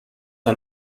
ein